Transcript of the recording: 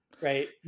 right